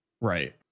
Right